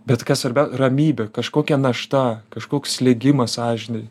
bet kas svarbiau ramybė kažkokia našta kažkoks slėgimas sąžinėj